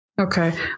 okay